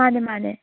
ꯃꯥꯅꯦ ꯃꯥꯅꯦ